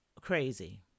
crazy